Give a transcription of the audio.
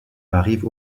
arrive